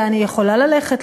לאן היא יכולה ללכת,